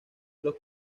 los